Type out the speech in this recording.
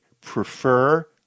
prefer